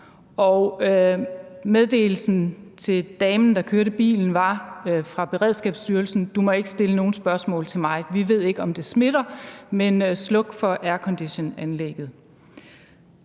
meddelelsen til damen, der kørte bilen, var fra Beredskabsstyrelsen: Du må ikke stille nogen spørgsmål til mig. Vi ved ikke, om det smitter, men sluk for airconditionanlægget.